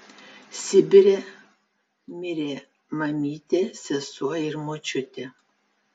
sibire mirė mamytė sesuo ir močiutė